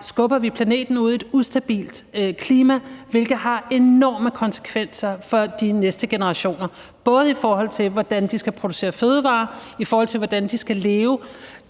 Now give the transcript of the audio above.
skubber vi planeten ud i et ustabilt klima, hvilket har enorme konsekvenser for de næste generationer – både i forhold til hvordan de skal producere fødevarer, og i forhold til hvordan de skal leve.